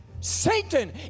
Satan